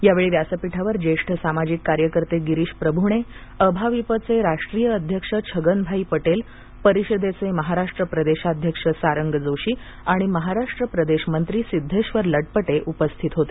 यावेळी व्यासपीठावर ज्येष्ठ सामाजिक कार्यकर्ते गिरीश प्रभुणे अभाविपचे राष्ट्रीय अध्यक्ष छगन भाई पटेल परिषदेचे महाराष्ट्र प्रदेशाध्यक्ष सारंग जोशी आणि महाराष्ट्र प्रदेश मंत्री सिद्धेबर लटपटे उपस्थित होते